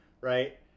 right